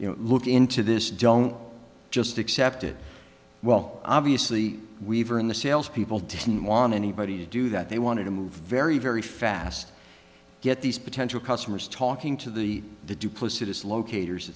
know look into this don't just accept it well obviously weaver and the salespeople didn't want anybody to do that they wanted to move very very fast get these potential customers talking to the the duplicitous locators